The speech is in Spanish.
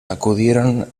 acudieron